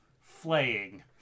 flaying